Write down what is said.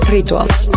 Rituals